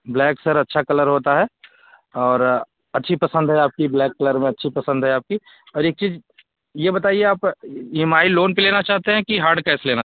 black sir अच्छा colour होता है और अच्छी पसंद है आपकी ब्लैक कलर में अच्छी पसंद है आपकी और एक चीज ये बताइए आप ई एम आई लोन पर लेना चाहते हैं कि हार्ड कैस लेना